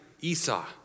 Esau